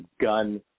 gun